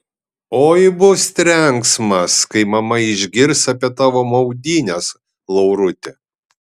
oi bus trenksmas kai mama išgirs apie tavo maudynes lauruti